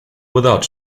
without